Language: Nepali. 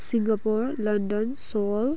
Singapore London सोअल